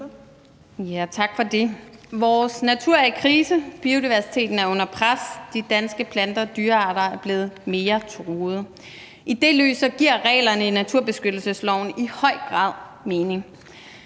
Tak for det. Vores natur er i krise, biodiversiteten er under pres, de danske plante- og dyrearter er blevet mere truede. I det lys giver reglerne i naturbeskyttelsesloven i høj grad mening.